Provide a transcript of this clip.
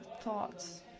thoughts